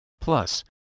plus